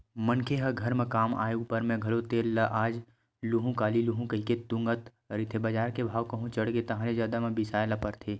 मनखे ह घर म काम आय ऊपर म घलो तेल ल आज लुहूँ काली लुहूँ कहिके तुंगत रहिथे बजार के भाव कहूं चढ़गे ताहले जादा म बिसाय ल परथे